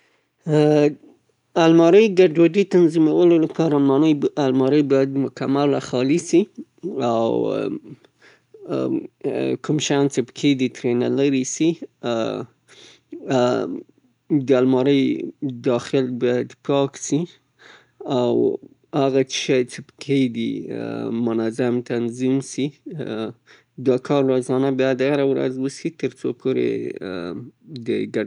الماری تنظیمولو لباره الماری باید په مکمله شکل باندې خالي سي. په کټهګوریو وویشل سي او وروسته د هغه نه تاخچې او یا هم بسکټ استفاده سي او یا هم کوټبند استفاده سي، د یو رنګ کالي د رنګونو په واسطه جلا سي. په منظم شکل باندې ، شیان پکې تنظیم.